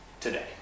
Today